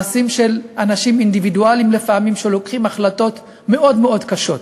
מעשים של אנשים אינדיבידואלים לפעמים שמקבלים החלטות מאוד קשות.